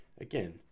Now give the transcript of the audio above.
again